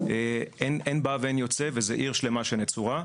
אין בא ואין יוצא וזו עיר שלמה שנצורה.